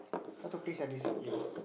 try to please like this if